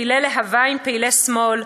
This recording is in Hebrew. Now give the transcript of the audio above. פעילי להב"ה עם פעילי שמאל,